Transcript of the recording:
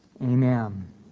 Amen